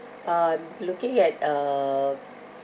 uh I'm looking at uh